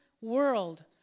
world